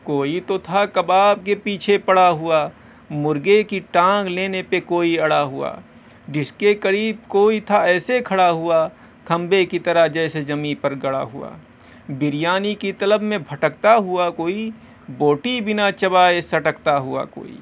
کوئی تو تھا کباب کے پیچھے پڑا ہوا مرغے کی ٹانگ لینے پہ کوئی اڑا ہوا ڈش کے قریب کوئی تھا ایسے کھڑا ہوا کھمبے کی طرح جیسے زمیں پر گڑا ہوا بریانی کی طلب میں بھٹکتا ہوا کوئی بوٹی بنا چبائے سٹکتا ہوا کوئی